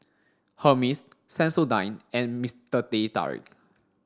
Hermes Sensodyne and Mister Teh Tarik